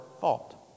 fault